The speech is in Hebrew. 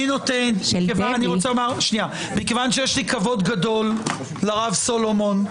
מכיוון שיש לי כבוד גדול לרב סולומון,